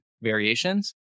variations